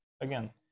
again